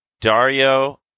Dario